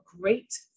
great